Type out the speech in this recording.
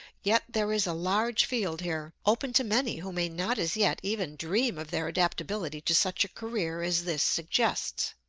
yet there is a large field here, open to many who may not as yet even dream of their adaptability to such a career as this suggests.